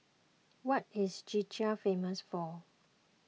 what is Czechia famous for